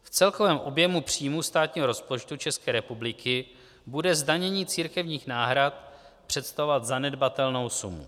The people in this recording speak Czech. V celkovém objemu příjmů státního rozpočtu České republiky bude zdanění církevních náhrad představovat zanedbatelnou sumu.